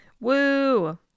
Woo